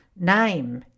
name